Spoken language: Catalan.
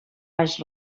baix